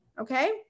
Okay